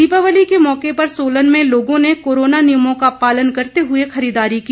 दीपावली के मौके पर सोलन में लोगों ने कोरोना नियमों का पालन करते हुए खरीददारी की